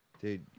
Dude